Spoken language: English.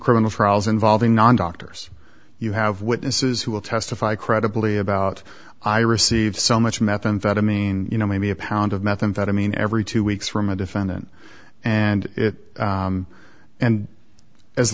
criminal trials involving non doctors you have witnesses who will testify credibly about i receive so much methamphetamine you know maybe a pound of methamphetamine every two weeks for i'm a defendant and it and as